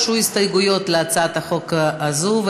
הוגשו הסתייגויות להצעת החוק הזאת,